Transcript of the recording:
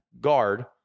guard